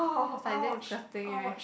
it's like damn disgusting right